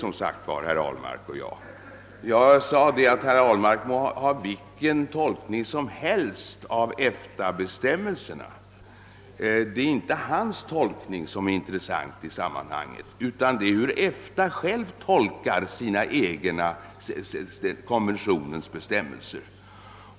Herr Ahlmark må göra vilken tolkning som helst av EFTA-bestämmelserna — det är dessvärre inte hans tolkning som är intressant i sammanhanget utan hur EFTA självt tolkar konventionens bestämmelser.